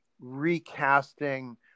recasting